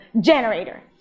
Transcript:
generator